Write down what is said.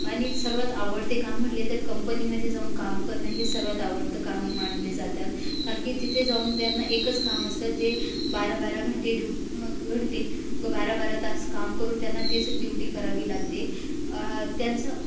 आणि सर्वात आवडते काम म्हटले तर कंपनीमध्ये जाऊन काम करणं हे सर्वात आवडतं काम मानले जातात कारण की तिथे जाऊन त्यांना एकच काम असतात जे बारा बारा घंटे ड्यूट घंटे बारा बारा तास काम करून त्यांना तेच ड्युटी करावी लागते त्यांचं